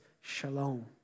shalom